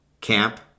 camp